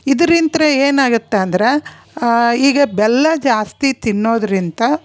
ಇದ್ರಿಂತ ಏನು ಆಗತ್ತೆ ಅಂದ್ರೆ ಈಗ ಬೆಲ್ಲ ಜಾಸ್ತಿ ತಿನ್ನೋದ್ರಿಂದ